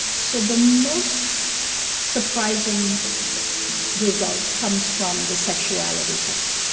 so the most surprising result comes from the sexuality test.